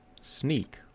Sneak